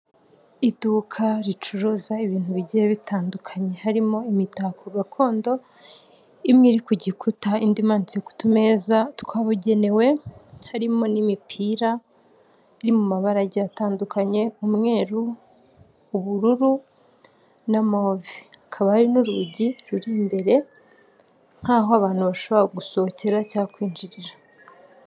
Uyu mugabo uri imbere yanjye afite kompiyuta nini mbere yaho kato ku yindi ntebe ikurikira hari undi nawe ufite compiyuta yambaye ikabutura afite igikapu ateretseho komputer hari abandi bantu inyuma ye nanone bahuze bose bafite telefone bameze nkabari kuri interinete bicaye mu modoka nini ya litiko.